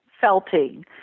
felting